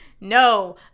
No